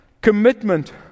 commitment